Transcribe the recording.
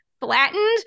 flattened